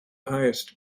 highest